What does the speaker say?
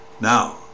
Now